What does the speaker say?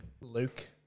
Luke